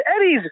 Eddie's